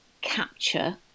capture